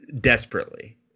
desperately